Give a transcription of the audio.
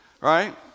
right